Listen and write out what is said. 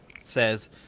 says